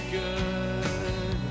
good